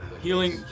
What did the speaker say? Healing